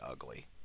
ugly